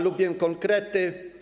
Lubię konkrety.